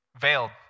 veiled